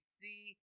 see